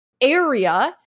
area